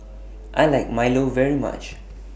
I like Milo very much